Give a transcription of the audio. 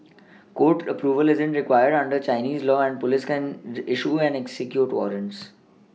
court Approval isn't required under Chinese law and police can issue and execute warrants